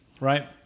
right